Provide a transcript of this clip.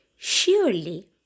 Surely